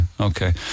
okay